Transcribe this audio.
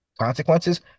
consequences